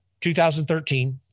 2013